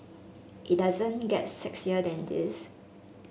it doesn't get sexier than this